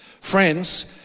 Friends